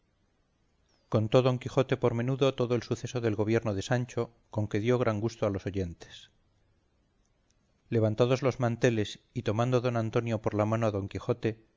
milagro contó don quijote por menudo todo el suceso del gobierno de sancho con que dio gran gusto a los oyentes levantados los manteles y tomando don antonio por la mano a don quijote